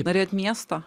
norėti miesto